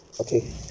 Okay